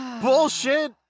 bullshit